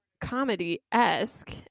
comedy-esque